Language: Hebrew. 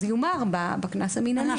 אז זה יומר בקנס המינהלי.